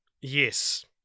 Yes